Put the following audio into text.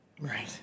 Right